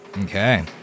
Okay